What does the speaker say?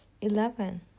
eleven